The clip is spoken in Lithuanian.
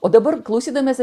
o dabar klausydamiesi